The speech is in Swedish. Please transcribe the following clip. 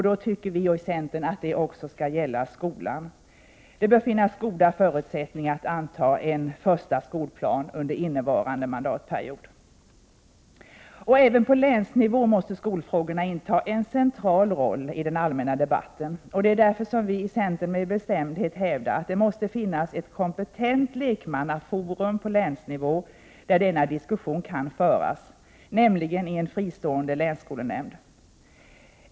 Då tycker vi i centern att det också skall gälla skolan. Det bör finnas goda förutsättningar att anta en första skolplan under innevarande mandatperiod. Även på länsnivå måste skolfrågorna spela en central roll i den allmänna debatten. Det är därför vi i centern med bestämdhet hävdar att det måste finnas ett kompetent lekmannaforum på länsnivå där denna diskussion kan föras, nämligen en fristående länsskolnämnd.